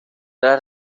tras